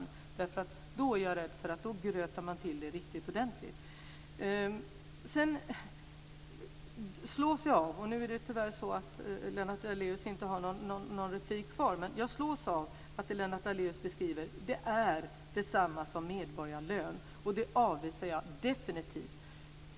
Om man slår samman är jag rädd för att man grötar till det riktigt ordentligt. Lennart Daléus har tyvärr inte någon replik kvar. Men jag slås av att det som Lennart Daléus beskriver är detsamma som medborgarlön, och det avvisar jag definitivt.